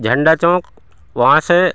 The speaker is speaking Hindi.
झण्डा चौंक वहाँ से